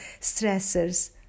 stressors